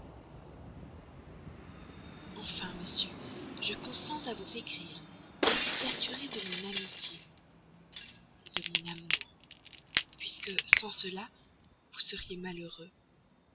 enfin monsieur je consens à vous écrire à vous assurer de mon amitié de mon amour puisque sans cela vous seriez malheureux